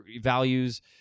values